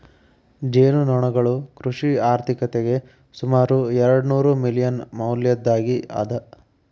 ಜೇನುನೊಣಗಳು ಕೃಷಿ ಆರ್ಥಿಕತೆಗೆ ಸುಮಾರು ಎರ್ಡುನೂರು ಮಿಲಿಯನ್ ಮೌಲ್ಯದ್ದಾಗಿ ಅದ